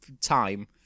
time